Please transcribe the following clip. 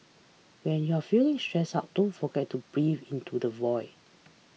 when you are feeling stressed out don't forget to breathe into the void